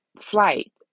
flight